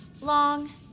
Long